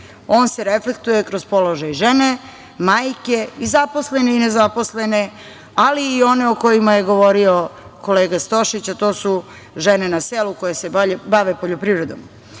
on se reflektuje kroz položaj žene, majke i zaposlene i nezaposlene, ali i one o kojima je govorio kolega Stošić, a to su žene na selu koje se bave poljoprivredom.